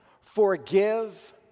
forgive